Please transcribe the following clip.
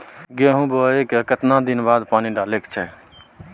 गेहूं के बोय के केतना दिन बाद पानी डालय के चाही?